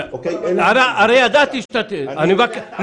הרי ידעתי שאתה --- זה הטעיה.